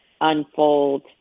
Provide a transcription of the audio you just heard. unfold